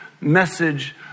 message